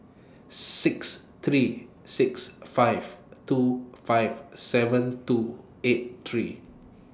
six three six five two five seven two eight three